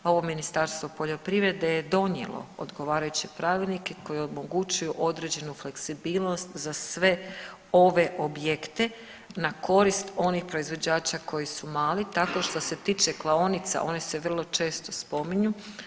Ovo Ministarstvo poljoprivrede je donijelo odgovarajuće pravilnike koji omogućuju određenu fleksibilnost za sve ove objekte na korist onih proizvođača koji su mali tako što se tiče klaonica one se vrlo često spominju.